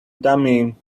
dummy